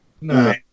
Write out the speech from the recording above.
No